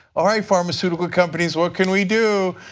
okay pharmaceutical companies, what can we do?